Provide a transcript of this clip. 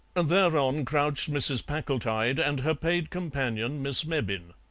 and thereon crouched mrs. packletide and her paid companion, miss mebbin.